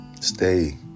stay